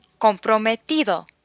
comprometido